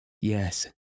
Yes